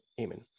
Amen